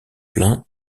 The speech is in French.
plein